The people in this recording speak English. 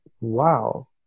wow